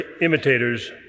imitators